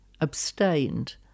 abstained